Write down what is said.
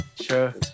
sure